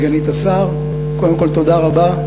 סגנית השר, קודם כול, תודה רבה.